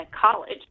college